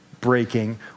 breaking